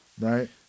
right